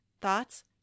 Thoughts